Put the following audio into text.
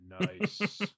Nice